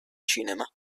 cinema